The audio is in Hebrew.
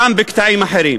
גם בקטעים אחרים.